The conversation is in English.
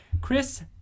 Chris